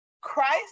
Christ